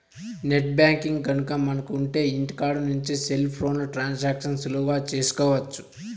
net banking గనక మనకు ఉంటె ఇంటికాడ నుంచి సెల్ ఫోన్లో ట్రాన్సాక్షన్స్ సులువుగా చేసుకోవచ్చు